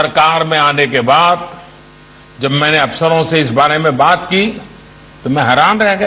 सरकार में आने के बाद जब मैने अफसरों से इस बारे में बात की तो मैं हैरान रह गया